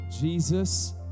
Jesus